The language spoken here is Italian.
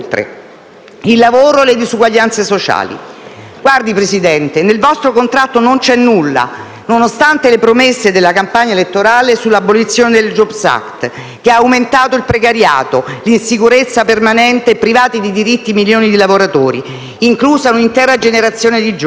il lavoro e le diseguaglianze sociali. Signor Presidente, nel vostro contratto non c'è nulla, nonostante le promesse della campagna elettorale, sull'abolizione del *jobs act*, che ha aumentato il precariato e l'insicurezza permanente e privato di diritti milioni di lavoratori, inclusa un'intera generazione di giovani.